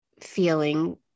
feeling